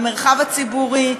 המרחב הציבורי,